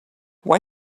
why